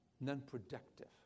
Non-productive